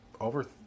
over